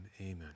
amen